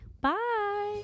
Bye